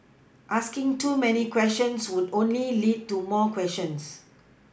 asking too many questions would only lead to more questions